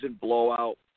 blowout